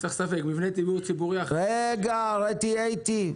צריך לסווג --- רגע, תהיה איתי.